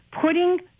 putting